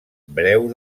breu